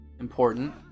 important